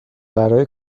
برای